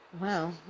wow